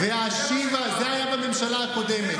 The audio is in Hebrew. זה היה בממשלה הקודמת.